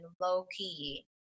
Low-key